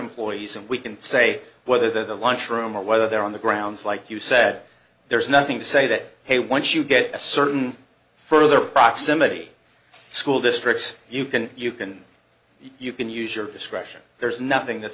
employees and we can say whether the lunchroom or whether they're on the grounds like you said there's nothing to say that hey once you get a certain further proximity school districts you can you can you can use your discretion there's nothing that